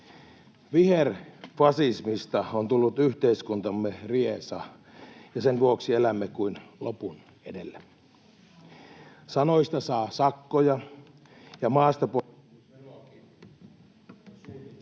Viherfasismista on tullut yhteiskuntamme riesa, ja sen vuoksi elämme kuin lopun edellä. Sanoista saa sakkoja, ja... [Puhujan